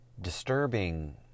disturbing